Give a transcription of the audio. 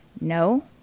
no